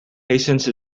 patience